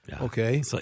Okay